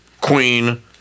queen